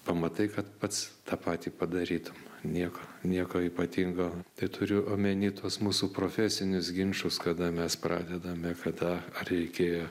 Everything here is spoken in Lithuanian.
pamatai kad pats tą patį padarytum nieko nieko ypatingo tai turiu omeny tuos mūsų profesinius ginčus kada mes pradedame kada ar reikėjo